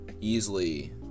easily